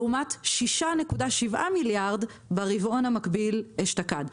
לעומת 6.7 מיליארד ברבעון המקביל אשתקד.